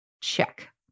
Check